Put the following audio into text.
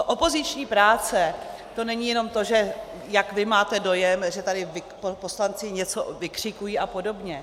Opoziční práce, to není jenom to, jak vy máte dojem, že tady poslanci něco vykřikují a podobně.